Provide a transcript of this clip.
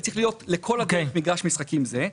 זה צריך להיות לכל מגרש משחקים זהה.